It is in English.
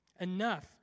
enough